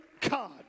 God